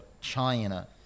China